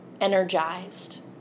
energized